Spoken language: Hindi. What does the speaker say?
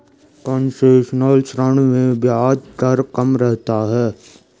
कंसेशनल ऋण में ब्याज दर कम रहता है